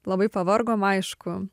labai pavargom aišku